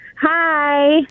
Hi